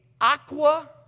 aqua